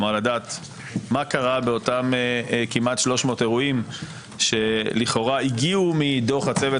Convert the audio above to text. לדעת מה קרה באותם כמעט 300 אירועים שלכאורה הגיעו מדוח הצוות